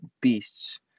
beasts